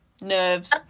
nerves